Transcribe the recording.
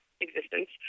existence